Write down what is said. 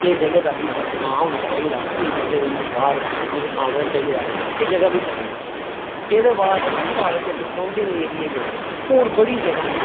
एह् जगह् द बी नांऽ होना चाहिदा इस जगह् दी बी बाह्र आना जाना चाहिदा एह् जगह् बी बड़ी अच्छी ऐ एह्दे बाद साढ़े इस सरौिडिंग एरिये बिच होर बड़ी जगहा न जि'यां